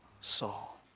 Saul